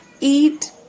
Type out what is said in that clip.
Eat